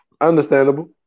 Understandable